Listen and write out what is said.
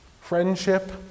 friendship